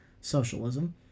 socialism